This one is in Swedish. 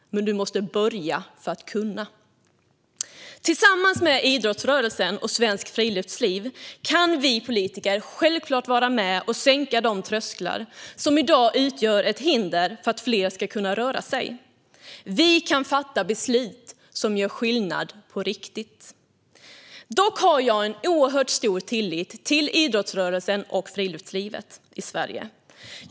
Men du måste börja för att kunna." Tillsammans med idrottsrörelsen och svenskt friluftsliv kan vi politiker självklart vara med och sänka de trösklar som i dag utgör ett hinder för att fler ska kunna röra sig. Vi kan fatta beslut som gör skillnad på riktigt. Dock har jag en oerhört stor tillit till idrottsrörelsen och friluftslivet i Sverige.